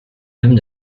même